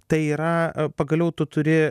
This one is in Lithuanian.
tai yra pagaliau tu turi